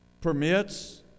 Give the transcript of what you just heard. permits